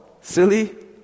silly